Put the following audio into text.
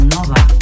Nova